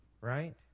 right